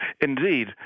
Indeed